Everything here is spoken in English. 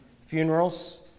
funerals